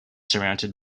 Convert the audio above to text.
surmounted